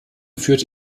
führte